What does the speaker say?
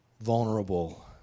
vulnerable